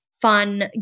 fun